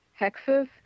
hexes